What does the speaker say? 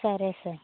సరే సార్